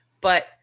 but-